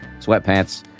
sweatpants